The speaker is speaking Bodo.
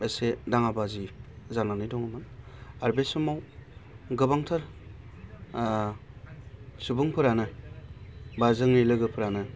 एसे दाङाबाजि जानानै दङमोन आरो बे समाव गोबांथार सुबुंफोरानो बा जोंनि लोगोफ्रानो